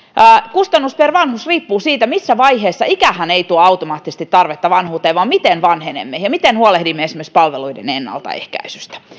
kustannus per vanhus riippuu siitä missä vaiheessa ollaan ikähän ei tuo automaattisesti tarvetta palveluihin vaan se miten vanhenemme ja miten huolehdimme esimerkiksi ennaltaehkäisystä